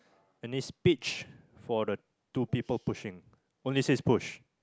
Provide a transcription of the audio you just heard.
and this speech for the two people pushing only says push